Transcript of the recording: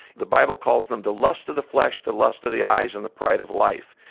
the bible calls them the lust of the flesh, the lust of the eyes, and the pride of life.